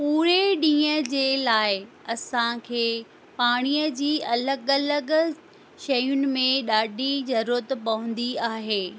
पूरे ॾींहं जे लाइ असांखे पाणीअ जी अलॻि अलॻि शयुनि में ॾाढी ज़रूरत पवंदी आहे